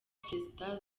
perezida